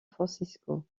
francisco